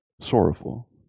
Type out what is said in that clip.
sorrowful